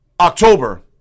October